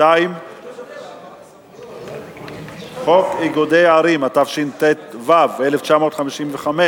2. חוק איגודי ערים, התשט"ו 1955,